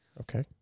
Okay